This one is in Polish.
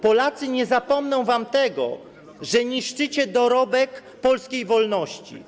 Polacy nie zapomną wam tego, że niszczycie dorobek polskiej wolności.